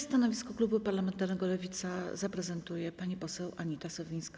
Stanowisko klubu parlamentarnego Lewica zaprezentuje pani poseł Anita Sowińska.